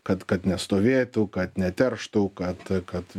kad kad nestovėtų kad neterštų kad kad